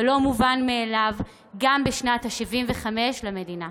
ולא מובן מאליו גם בשנה ה-75 למדינה.